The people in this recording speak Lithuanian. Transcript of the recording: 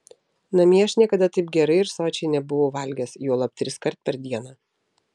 namie aš niekada taip gerai ir sočiai nebuvau valgęs juolab triskart per dieną